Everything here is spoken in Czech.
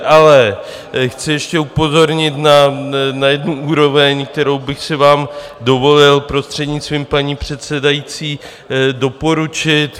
Ale chci ještě upozornit na jednu úroveň, kterou bych si vám dovolil, prostřednictvím paní předsedající, doporučit.